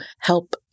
help